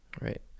Right